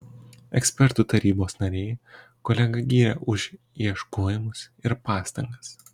ekspertų tarybos nariai kolegą gyrė už ieškojimus ir pastangas